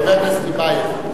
חבר הכנסת טיבייב,